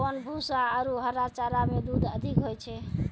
कोन भूसा आरु हरा चारा मे दूध अधिक होय छै?